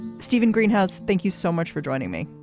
steven greenhouse, thank you so much for joining me.